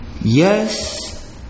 Yes